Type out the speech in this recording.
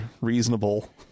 reasonable